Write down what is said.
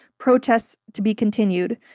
protests to be continued.